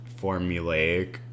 formulaic